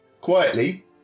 quietly